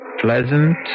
pleasant